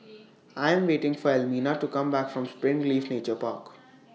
I Am waiting For Elmina to Come Back from Springleaf Nature Park